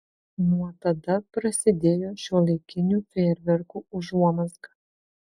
nuo tada prasidėjo šiuolaikinių fejerverkų užuomazga